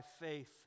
faith